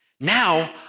Now